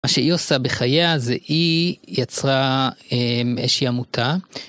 מה שהיא עושה בחייה זה היא יצרה איזושהי עמותה.